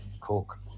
cook